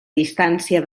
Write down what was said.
distància